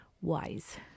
wise